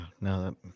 no